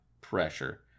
pressure